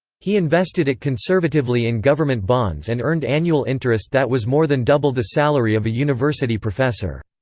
he invested it conservatively in government bonds and earned annual interest that was more than double the salary of a university professor.